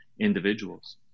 individuals